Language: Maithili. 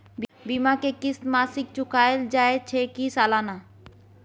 बीमा के किस्त मासिक चुकायल जाए छै की सालाना?